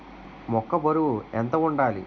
మొక్కొ బరువు ఎంత వుండాలి?